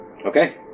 Okay